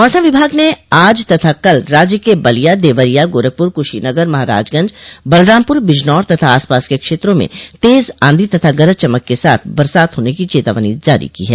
मौसम विभाग ने आज तथा कल राज्य के बलिया देवरिया गोरखपुर कुशीनगर महराजगंज बलरामपुर बिजनौर तथा आसपास के क्षेत्रों में तेज आंधी तथा गरज चमक के साथ बरसात होने की चेतावनी जारी की है